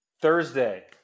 Thursday